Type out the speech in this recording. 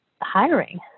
hiring